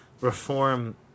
reform